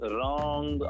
Wrong